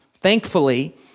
Thankfully